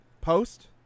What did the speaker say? post